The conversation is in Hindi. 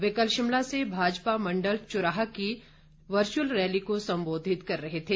वे कल शिमला से भाजपा मण्डल चुराह की वर्चुअल रैली को सम्बोधित कर रहे थे